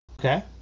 Okay